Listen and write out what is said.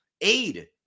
aid